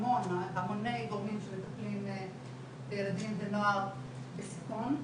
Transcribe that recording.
המוני גורמים שמטפלים בילדים ונוער בסיכון.